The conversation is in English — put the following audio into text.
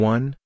One